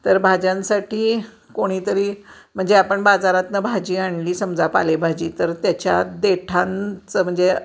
तर भाज्यांसाठी कोणीतरी म्हणजे आपण बाजारातून भाजी आणली समजा पालेभाजी तर त्याच्या देठांचं म्हणजे